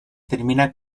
termina